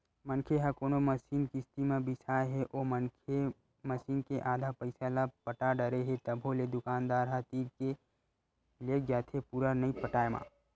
मनखे ह कोनो मसीन किस्ती म बिसाय हे ओ मनखे मसीन के आधा पइसा ल पटा डरे हे तभो ले दुकानदार ह तीर के लेग जाथे पुरा नइ पटाय म